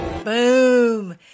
Boom